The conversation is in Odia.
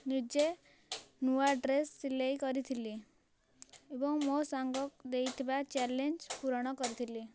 ନିଜେ ନୂଆ ଡ୍ରେସ୍ ସିଲାଇ କରିଥିଲି ଏବଂ ମୋ ସାଙ୍ଗ ଦେଇଥିବା ଚ୍ୟାଲେଞ୍ଜ ପୁରଣ କରିଥିଲି